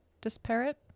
disparate